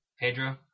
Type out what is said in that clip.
Pedro